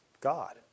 god